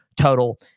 total